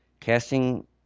casting